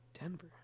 Denver